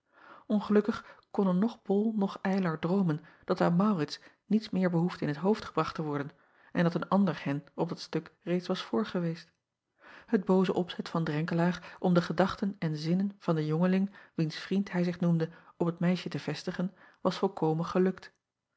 ngelukkig konnen noch ol noch ylar droomen dat aan aurits niets meer behoefde in t hoofd gebracht te worden en dat een ander acob van ennep laasje evenster delen hen op dat stuk reeds was voor geweest et booze opzet van renkelaer om de gedachten en zinnen van den jongeling wiens vriend hij zich noemde op het meisje te vestigen was volkomen gelukt